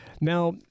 Now